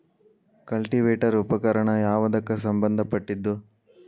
Cultivator ಉಪಕರಣ ಯಾವದಕ್ಕ ಸಂಬಂಧ ಪಟ್ಟಿದ್ದು?